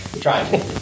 try